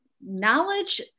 knowledge